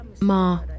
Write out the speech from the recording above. Ma